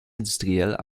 industrielle